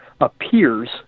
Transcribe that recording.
appears